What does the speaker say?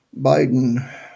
Biden